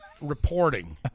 reporting